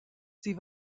sie